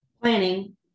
planning